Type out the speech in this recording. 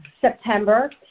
September